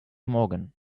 morgan